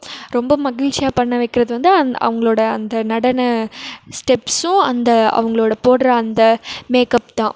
ரொம்ப மகிழ்ச்சியாக பண்ண வைக்கிறது வந்து அந் அவங்களோட அந்த நடன ஸ்டெப்ஸும் அந்த அவங்களோட போடுகிற அந்த மேக்கப் தான்